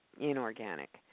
inorganic